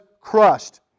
crushed